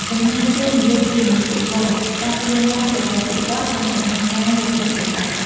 ចំណាយពេលនិយាយជាមួយពួកគាត់ ស្ដាប់រឿងរ៉ាវរបស់ពួកគាត់ និងបង្ហាញការយកចិត្តទុកដាក់។